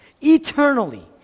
eternally